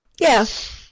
Yes